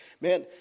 man